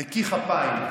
נקי כפיים.